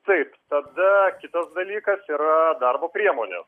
taip tada kitas dalykas yra darbo priemonės